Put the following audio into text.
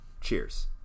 cheers